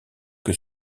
que